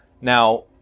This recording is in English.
Now